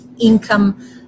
income